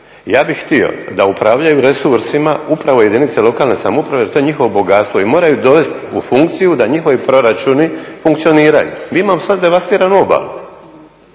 Ja bih htio da upravljaju resursima upravo jedinice lokalne samouprave jer to je njihovo bogatstvo i moraju dovesti u funkciju da njihovi proračuni funkcioniraju. Mi imamo sad devastiranu obalu.